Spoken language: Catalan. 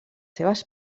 seves